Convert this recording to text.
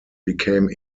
became